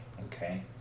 Okay